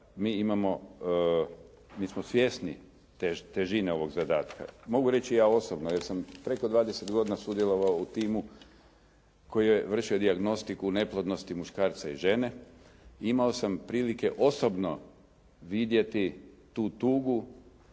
mi smo svjesni težine ovog zadatka, mogu reći i ja osobno, jer sam preko 20 godina sudjelovao u timu koji je vršio dijagnostiku neplodnosti muškarca i žene. Imao sam prilike osobno vidjeti tu tugu